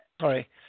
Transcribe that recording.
Sorry